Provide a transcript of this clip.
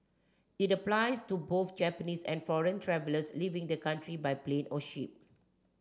it applies to both Japanese and foreign travellers leaving the country by plane or ship